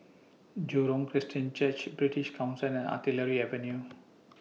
Jurong Christian Church British Council and Artillery Avenue